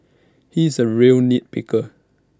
he is A real nit picker